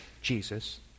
Jesus